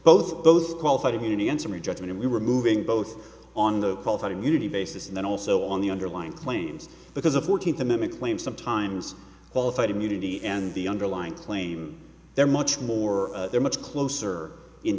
both both qualified immunity and summary judgment and we were moving both on the qualified immunity basis and then also on the underlying claims because a fourteenth amendment claim sometimes qualified immunity and the underlying claim they're much more they're much closer in